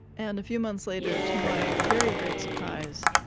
and a few months later, to my very great surprise,